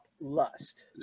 Lust